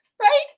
right